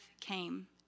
came